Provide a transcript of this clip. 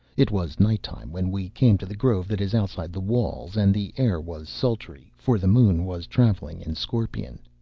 it was night time when we came to the grove that is outside the walls, and the air was sultry, for the moon was travelling in scorpion.